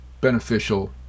beneficial